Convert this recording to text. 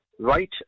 right